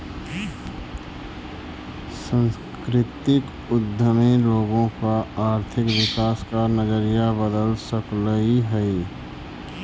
सांस्कृतिक उद्यमी लोगों का आर्थिक विकास का नजरिया बदल सकलई हे